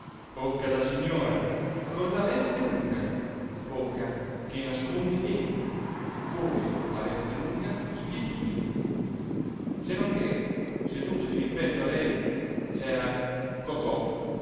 bocca bocca da signora con la veste lunga bocca che nasconde i denti come la veste lunga i piedini se non che seduto dirimpetto a lei c'era cocò